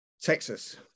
Texas